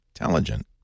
Intelligent